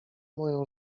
moją